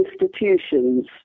institutions